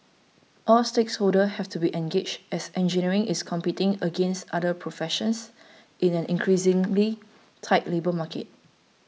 all stakeholders have to be engaged as engineering is competing against other professions in an increasingly tight labour market